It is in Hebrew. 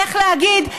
איך להגיד?